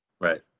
Right